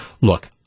Look